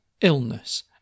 illness